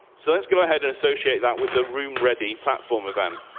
so let's go ahead and associate that with the room ready platform event.